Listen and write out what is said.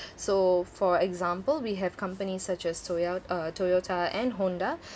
so for example we have companies such as toya~ uh Toyota and Honda